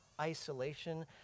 isolation